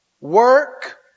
work